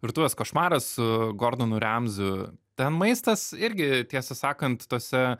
virtuvės košmaras su gordonu ramziu ten maistas irgi tiesą sakant tuose